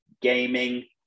gaming